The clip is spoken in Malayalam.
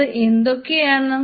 അത് എന്തൊക്കെയാണ്